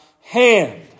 hand